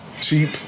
Cheap